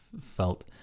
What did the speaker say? felt